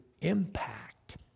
impact